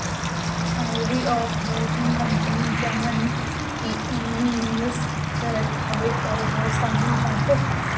अउरी operating company जवन की एमे निवेश करत हवे उहो शामिल बाटे